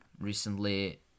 recently